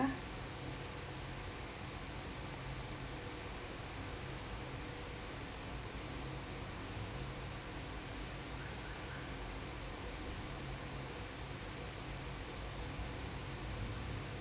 ya